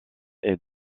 est